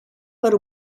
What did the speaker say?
per